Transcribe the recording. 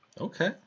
Okay